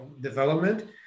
development